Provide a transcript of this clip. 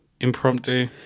impromptu